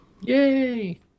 Yay